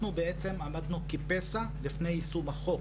אנחנו עמדנו כפסע לפני יישום החוק.